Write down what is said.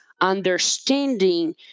understanding